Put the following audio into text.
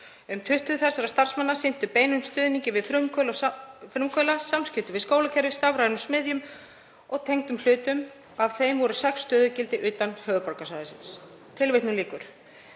Um 20 þessara starfsmanna sinntu beinum stuðningi við frumkvöðla, samskiptum við skólakerfið, stafrænum smiðjum og tengdum hlutum. Af þeim voru sex stöðugildi utan höfuðborgarsvæðisins.“ Herra